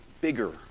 bigger